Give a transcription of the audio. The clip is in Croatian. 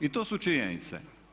I to su činjenice.